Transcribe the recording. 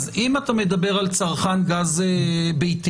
אז אם אתה מדבר על צרכן גז ביתי,